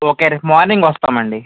okay రేపు morning వస్తామండి